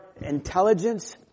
intelligence